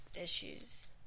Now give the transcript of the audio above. issues